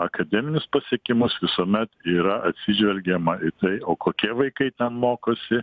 akademinius pasiekimus visuomet yra atsižvelgiama į tai o kokie vaikai mokosi